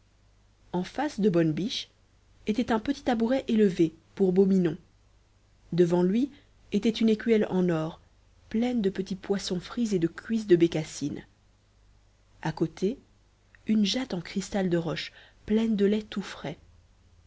en face de bonne biche était un petit tabouret élevé pour beau minon devant lui était une écuelle en or pleine de petits poissons frits et de cuisses de bécassines à côté une jatte en cristal de roche pleine de lait tout frais